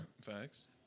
Facts